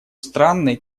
странный